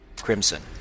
crimson